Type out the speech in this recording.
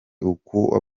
uko